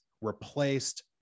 replaced